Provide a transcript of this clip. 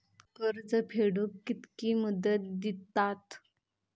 कर्ज फेडूक कित्की मुदत दितात?